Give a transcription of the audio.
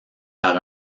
par